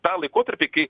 tą laikotarpį kai